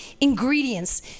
ingredients